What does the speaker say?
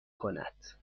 کند